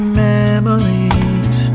memories